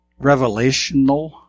revelational